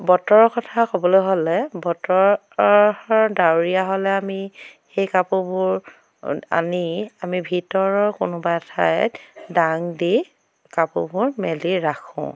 বতৰৰ কথা ক'বলৈ হ'লে বতৰৰ ডাৱৰীয়া হ'লে আমি সেই কাপোৰবোৰ আনি আমি ভিতৰৰ কোনোবা এঠাইত ডাং দি কাপোৰবোৰ মেলি ৰাখোঁ